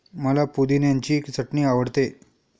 मला पुदिन्याची चटणी आवडते